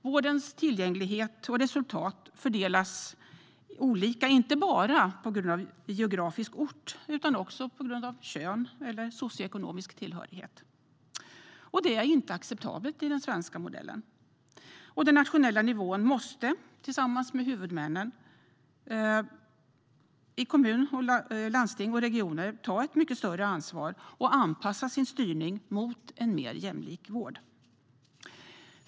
Vårdens tillgänglighet och resultat fördelas olika inte bara på grund av geografisk ort utan också på grund av kön eller socioekonomisk tillhörighet. Det är inte acceptabelt i den svenska modellen. Den nationella nivån måste, tillsammans med huvudmännen i kommuner, landsting och regioner, ta ett mycket större ansvar och anpassa sin styrning mot en mer jämlik vård.